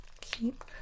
keep